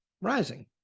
rising